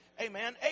Amen